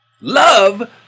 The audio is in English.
Love